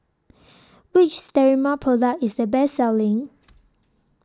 Which Sterimar Product IS The Best Selling